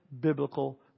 biblical